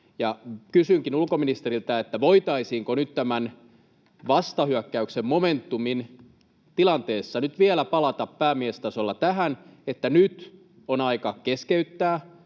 Kysynkin ulkoministeriltä, voitaisiinko nyt tämän vastahyökkäyksen, momentumin, tilanteessa vielä palata päämiestasolla tähän, että nyt on aika keskeyttää